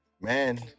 Man